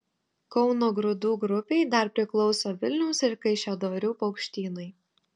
kauno grūdų grupei dar priklauso vilniaus ir kaišiadorių paukštynai